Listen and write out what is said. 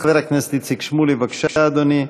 חבר הכנסת איציק שמולי, בבקשה, אדוני,